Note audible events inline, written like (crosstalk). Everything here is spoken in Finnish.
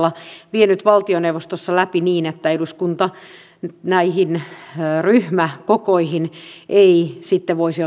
vienyt valtioneuvostossa läpi niin että eduskunta näihin ryhmäkokoihin ei sitten voisi (unintelligible)